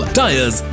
tires